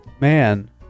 Man